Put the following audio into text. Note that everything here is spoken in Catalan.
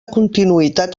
continuïtat